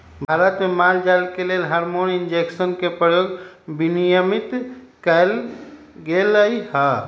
भारत में माल जाल के लेल हार्मोन इंजेक्शन के प्रयोग विनियमित कएल गेलई ह